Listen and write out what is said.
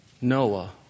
Noah